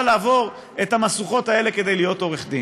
לעבור את המשוכות האלה כדי להיות עורך דין,